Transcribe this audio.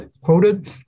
quoted